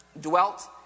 dwelt